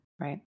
Right